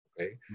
okay